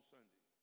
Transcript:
Sunday